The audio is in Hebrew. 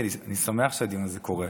כי אני שמח שהדיון הזה קורה.